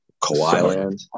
Kawhi